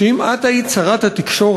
שאם את היית שרת התקשורת,